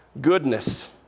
Goodness